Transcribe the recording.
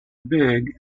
big